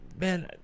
man